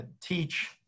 teach